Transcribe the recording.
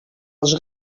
els